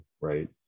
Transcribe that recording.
right